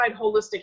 holistic